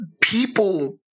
people